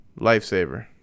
lifesaver